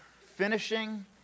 finishing